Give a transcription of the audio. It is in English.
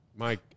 Mike